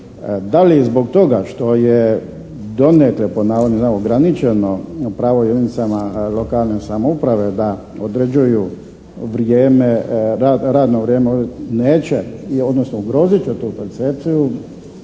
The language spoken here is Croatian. da li zbog toga što je "donekle" ograničeno pravo jedinicama lokalne samouprave da određuju vrijeme, radno vrijeme, neće odnosno ugrozit će tu percepciju